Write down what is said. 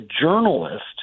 journalist